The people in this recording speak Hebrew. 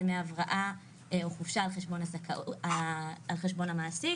דמי הבראה או חופשה על-חשבון המעסיק